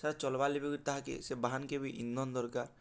ତା'ର୍ ଚାଲ୍ବାର୍ ଲାଗିବି ତାହାକେ ସେ ବାହାନ୍କେ ବି ଇନ୍ଧନ୍ ଦର୍କାର୍